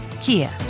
Kia